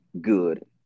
good